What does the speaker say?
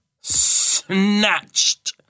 snatched